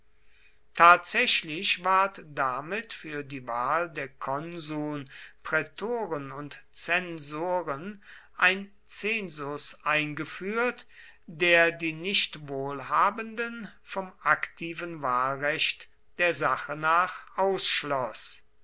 tatsächlich ward damit für die wahl der konsuln prätoren und zensoren ein zensus eingeführt der die nicht wohlhabenden vom aktiven wahlrecht der sache nach